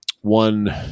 One